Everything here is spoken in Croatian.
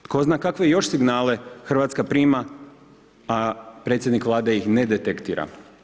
Tko zna kakve još signale RH prima, a predsjednik Vlade ih ne detektira.